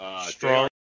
strong